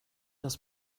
das